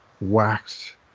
waxed